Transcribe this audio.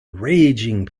raging